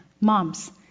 moms